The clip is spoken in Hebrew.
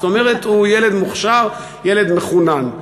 זאת אומרת, הוא ילד מוכשר, ילד מחונן.